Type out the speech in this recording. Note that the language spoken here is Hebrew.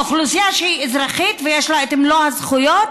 אוכלוסייה שהיא אזרחית ויש לה מלוא הזכויות,